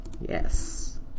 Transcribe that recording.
Yes